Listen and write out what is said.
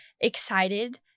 excited